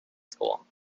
school